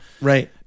right